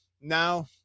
Now